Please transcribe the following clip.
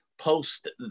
post